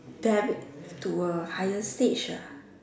that it to a higher stage ah